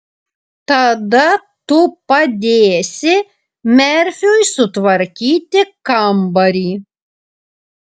tada tu padėsi merfiui sutvarkyti kambarį